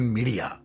Media